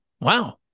Wow